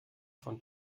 von